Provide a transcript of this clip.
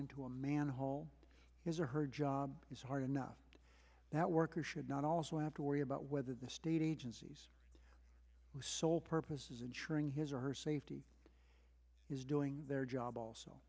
into a manhole his or her job is hard enough that worker should not also have to worry about whether the state agencies were sole purpose is ensuring his or her safety is doing their job also